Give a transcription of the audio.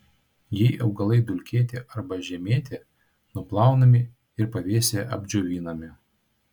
jei augalai dulkėti arba žemėti nuplaunami ir pavėsyje apdžiovinami